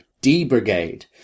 D-Brigade